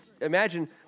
imagine